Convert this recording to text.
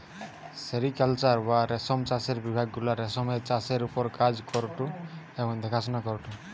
sericulture বা রেশম চাষের বিভাগ গুলা রেশমের চাষের ওপর কাজ করঢু এবং দেখাশোনা করঢু